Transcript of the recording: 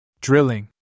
drilling